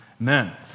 amen